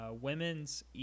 Women's